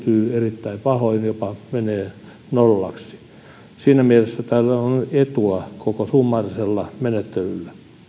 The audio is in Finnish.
erittäin pahoin jopa menee nollaksi siinä mielessä tälle on etua koko summaarisella menettelyllä